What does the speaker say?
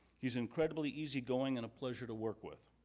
he is incredibly easy going and a pleasure to work with.